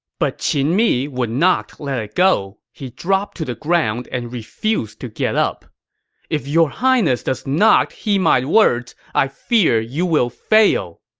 but qin mi would not let it go. he dropped to the ground and refused to get up if your highness does not heed my words, i fear you will fail!